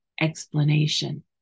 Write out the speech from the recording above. explanation